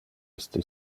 iste